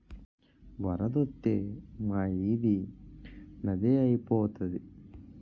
వరదొత్తే మా ఈది నదే ఐపోతాది